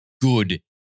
good